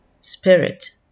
spirit